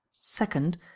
second